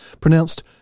pronounced